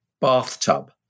bathtub